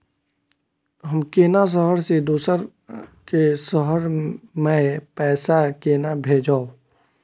हम केना शहर से दोसर के शहर मैं पैसा केना भेजव?